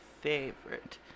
favorite